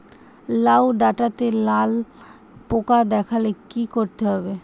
লাউ ডাটাতে লাল পোকা দেখালে কি করতে হবে?